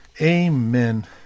Amen